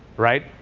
right?